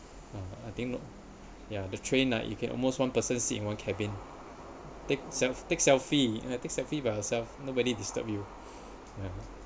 uh I think lor ya the train ah you can almost one person sit in one cabin take self take selfie take selfie by yourself nobody disturb you yeah